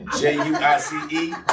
J-U-I-C-E